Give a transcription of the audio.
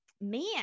Man